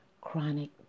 Chronic